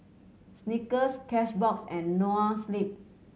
Snickers Cashbox and Noa Sleep